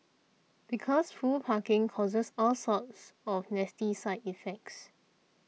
because full parking causes all sorts of nasty side effects